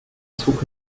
zug